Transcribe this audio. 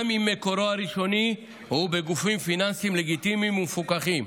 גם אם מקורו הראשוני הוא בגופים פיננסיים לגיטימיים ומפוקחים.